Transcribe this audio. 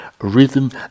rhythm